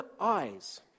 eyes